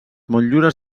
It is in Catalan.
motllures